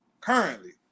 Currently